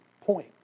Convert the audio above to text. point